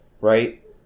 right